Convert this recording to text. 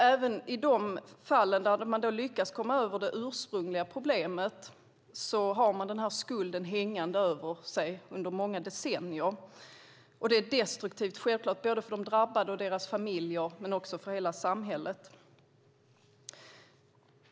Även i de fall där man lyckas komma över det ursprungliga problemet har man skulden hängande över sig under många decennier. Det är självfallet destruktivt både för de drabbade och för deras familjer men också för hela samhället.